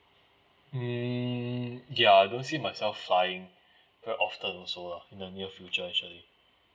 mm ya I don't see myself flying very often also lah in the near future actually